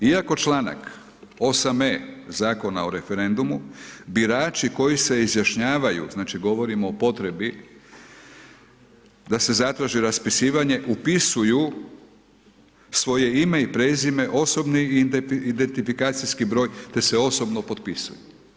Iako članak 8e. Zakona o referendumu birači koji se izjašnjavaju znači govorimo o potrebi da se zatraži raspisivanje upisuju svoje ime i prezime, osobni identifikacijski broj te se osobno potpisuju.